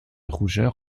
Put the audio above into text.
rougeur